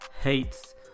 hates